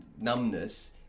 numbness